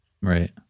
Right